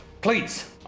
please